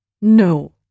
No